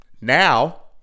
now